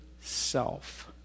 self